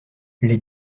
les